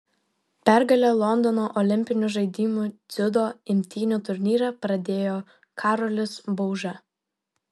pergale londono olimpinių žaidynių dziudo imtynių turnyrą pradėjo karolis bauža